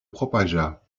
propagea